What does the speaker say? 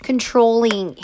Controlling